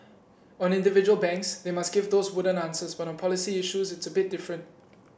on individual banks they must give those wooden answers but on policy issues it's a bit different